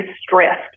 stressed